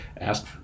Ask